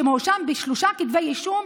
שמואשם בשלושה כתבי אישום,